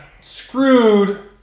screwed